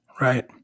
Right